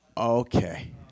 Okay